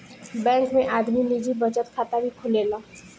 bank में आदमी निजी बचत खाता भी खोलेला